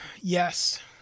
Yes